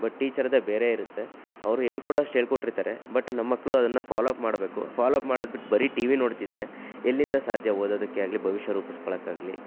but ಟೀಚರ್ದೆ ಬೇರೆ ಇರುತ್ತೆ ಅವರು ಹೇಳ್ಕೊಡೋವಷ್ಟು ಹೇಳ್ಕೊಟ್ಟಿರ್ತಾರೆ ಬಟ್ ನಮ್ಮ ಮಕ್ಕಳು ಅದನ್ನು ಫಾಲೋ ಅಪ್ ಮಾಡ್ಬೇಕು ಫಾಲೋ ಅಪ್ ಮಾಡೋದ್ಬಿಟ್ಟು ಬರೀ ಟಿ ವಿ ನೋಡ್ತಿದ್ರೆ ಎಲ್ಲಿಂದ ಸಾಧ್ಯ ಓದೋದಿಕ್ಕೆ ಆಗಲಿ ಭವಿಷ್ಯ ರೂಪಿಸ್ಕೊಳ್ಳೋಕ್ಕಾಗ್ಲಿ